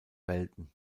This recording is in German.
welten